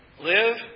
live